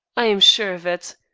i am sure of it.